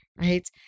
right